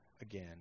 again